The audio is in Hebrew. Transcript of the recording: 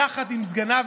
יחד עם סגניו,